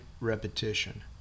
repetition